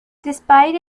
despite